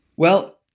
well,